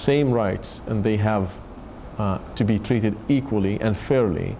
same rights and they have to be treated equally and fairly